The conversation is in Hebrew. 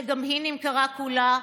שגם היא נמכרה כולה,